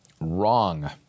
Wrong